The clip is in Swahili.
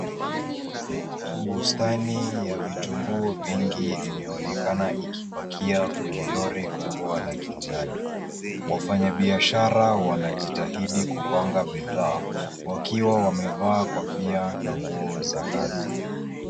Bustani ya vitunguu vingi imeonekana ikipakia kwenye lori kubwa la kijani. Wafanyabiashara wanajitahidi kupanga bidhaa wakiwa wamevaa kofia na nguo za kazi.